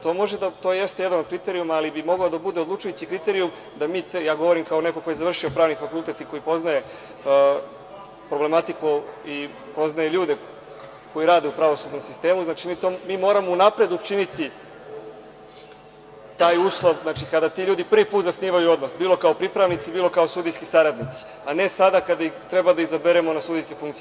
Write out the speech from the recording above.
To jeste jedan od kriterijuma, ali bi mogao da bude odlučujući kriterijum, ja govorim kao neko ko je završio pravni fakultet i koji poznaje problematiku i poznaje ljude koji rade u pravosudnom sistemu, znači, mi moramo unapred učiniti taj uslov, kada ti ljudi prvi put zasnivaju odnos, bilo kao pripravnici, bilo kao sudijski saradnici, a ne sada kada treba da ih izaberemo na sudijske funkcije.